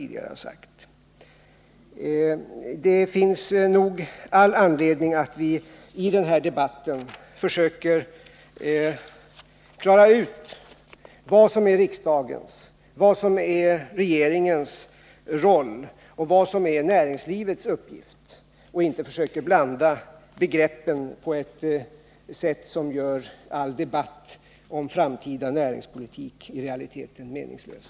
Det finns all anledning att vi i denna debatt försöker klara ut vad som är riksdagens och regeringens roll och vad som är näringslivets uppgift och inte försöker blanda begreppen på ett sätt som gör all debatt om framtida näringspolitik i realiteten meningslös.